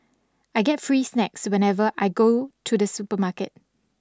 I get free snacks whenever I go to the supermarket